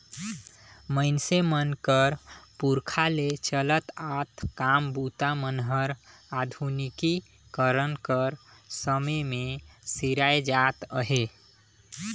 मइनसे मन कर पुरखा ले चलत आत काम बूता मन हर आधुनिकीकरन कर समे मे सिराए जात अहे